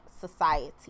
society